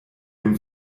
dem